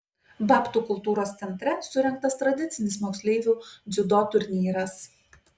babtų kultūros centre surengtas tradicinis moksleivių dziudo turnyras